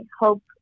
hope